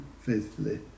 faithfully